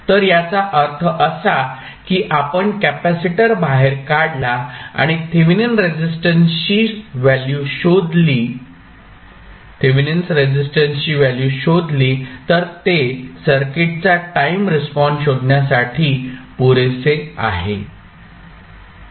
तर याचा अर्थ असा की आपण कॅपेसिटर बाहेर काढला आणि थेवेनिन रेझिस्टन्सची व्हॅल्यू शोधली तर ते सर्किटचा टाईम रिस्पॉन्स शोधण्यासाठी पुरेसे आहे